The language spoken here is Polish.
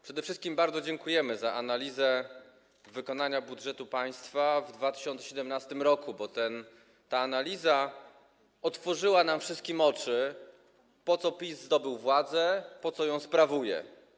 Przede wszystkim bardzo dziękujemy za analizę wykonania budżetu państwa w 2017 r., bo ta analiza otworzyła nam wszystkim oczy, po co PiS zdobył władzę i po co ją sprawuje.